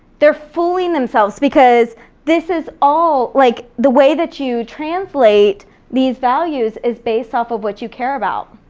they're fooling themselves because this is all, like, the way that you translate these values is based off of what you care about.